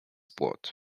płot